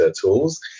tools